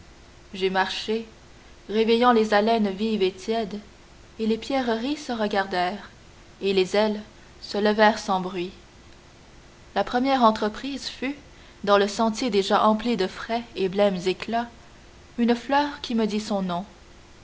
j'ai marché réveillant les haleines vives et tièdes et les pierreries se regardèrent et les ailes se levèrent sans bruit la première entreprise fut dans le sentier déjà empli de frais et blêmes éclats une fleur qui me dit son nom